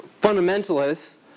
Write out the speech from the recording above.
fundamentalists